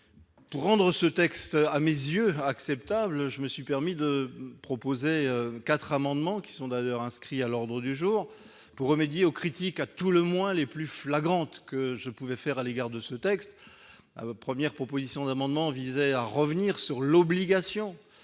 pour rendre ce texte, à mes yeux, acceptable, je me suis permis de proposer 4 amendements qui sont d'ailleurs inscrits à l'ordre du jour pour remédier aux critiques à tout le moins, les plus flagrantes que je pouvais faire à l'égard de ce texte, premières propositions d'amendement visait à revenir sur l'obligation